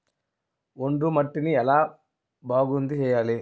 ఒండ్రు మట్టిని ఎలా బాగుంది చేయాలి?